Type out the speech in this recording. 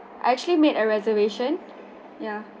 I actually made a reservation ya